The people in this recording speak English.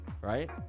Right